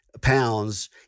pounds